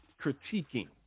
critiquing